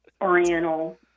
Oriental